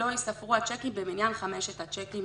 לא ייספרו הצ'קים במניין חמשת הצ'קים